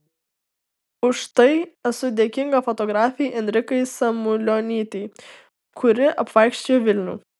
už tai esu dėkinga fotografei enrikai samulionytei kuri apvaikščiojo vilnių